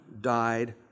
died